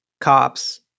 cops